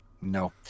no